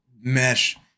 mesh